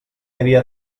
havia